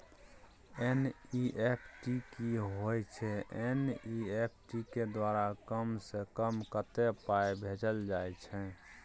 NEFT की होय छै एन.ई.एफ.टी के द्वारा कम से कम कत्ते पाई भेजल जाय छै?